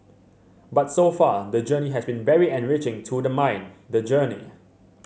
but so far the journey has been very enriching to the mind the journey